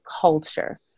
culture